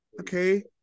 okay